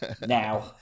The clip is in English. now